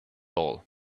all